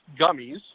gummies